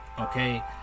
okay